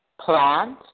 plant